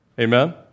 Amen